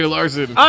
Larson